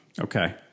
Okay